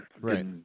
Right